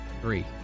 Three